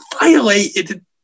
violated